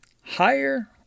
higher